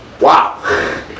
Wow